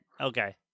Okay